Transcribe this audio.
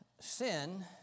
Sin